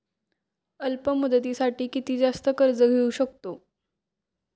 अल्प मुदतीसाठी किती जास्त कर्ज घेऊ शकतो?